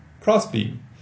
crossbeam